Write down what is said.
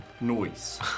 Noise